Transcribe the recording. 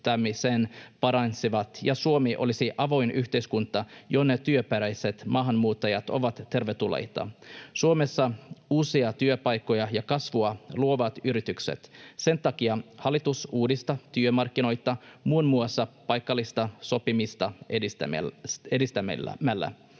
paranisivat ja Suomi olisi avoin yhteiskunta, jonne työperäiset maahanmuuttajat ovat tervetulleita. Suomessa uusia työpaikkoja ja kasvua luovat yritykset. Sen takia hallitus uudistaa työmarkkinoita muun muassa paikallista sopimista edistämällä.